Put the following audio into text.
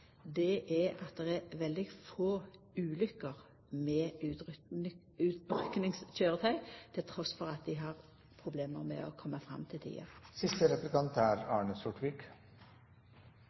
tilfellet, er at det er veldig få ulykker med utrykkingskøyretøy, trass i at dei til tider har problem med å koma fram. Jeg vil til